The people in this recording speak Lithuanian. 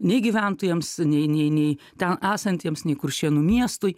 nei gyventojams nei nei nei ten esantiems nei kuršėnų miestui